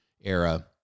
era